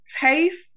taste